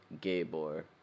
Gabor